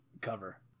cover